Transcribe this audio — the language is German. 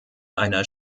einer